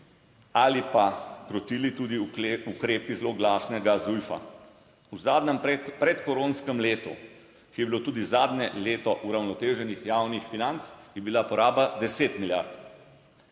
ali pa krotili tudi ukrepi zloglasnega ZUJFA. V zadnjem predkoronskem letu, ki je bilo tudi zadnje leto uravnoteženih javnih financ, je bila poraba deset milijard.